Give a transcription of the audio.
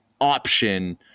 option